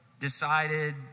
decided